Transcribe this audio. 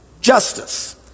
justice